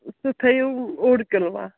سُہ تھٲیِو اوٚڑ کِلوا